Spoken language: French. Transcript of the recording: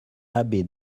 abbé